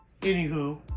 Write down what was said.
Anywho